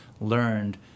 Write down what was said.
learned